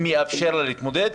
אם יאפשר לה להתמודד,